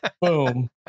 boom